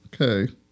Okay